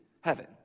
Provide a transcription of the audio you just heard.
Heaven